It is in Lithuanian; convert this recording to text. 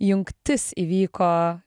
jungtis įvyko